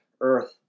earth